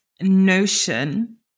notion